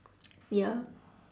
ya